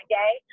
day